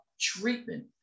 treatment